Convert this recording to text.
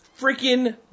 freaking